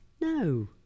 No